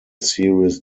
serious